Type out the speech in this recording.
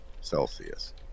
Celsius